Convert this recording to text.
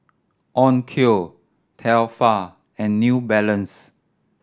Onkyo Tefal and New Balance